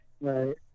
Right